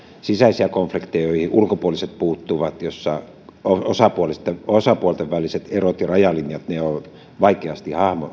sisäisiä konflikteja joihin ulkopuoliset puuttuvat joissa osapuolten osapuolten väliset erot ja rajalinjat on vaikeasti